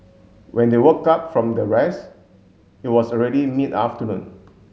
when they woke up from their rest it was already mid afternoon